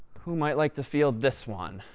who might like to field this one?